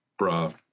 bruh